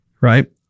Right